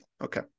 Okay